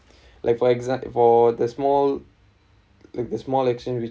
like for exa~ for the small like the small action which